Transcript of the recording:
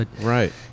Right